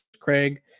Craig